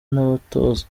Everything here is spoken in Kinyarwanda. n’abatoza